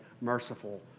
merciful